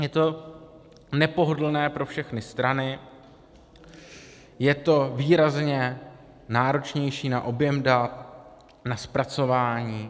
Je to nepohodlné pro všechny strany, je to výrazně náročnější na objem dat, na zpracování.